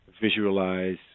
visualize